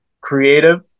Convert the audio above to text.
creative